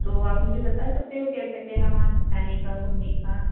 तो आप मुझे बता सकते हो कैसा क्या है वहाँ जाने का घूमने का